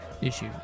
issue